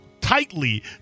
tightly